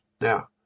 Now